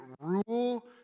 rule